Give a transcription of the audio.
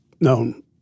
known